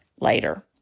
later